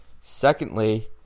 Secondly